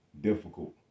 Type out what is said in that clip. difficult